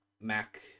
Mac